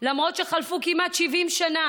למרות שחלפו כמעט 70 שנה,